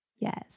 Yes